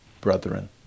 brethren